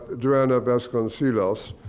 joanna vasconcelus,